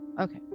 Okay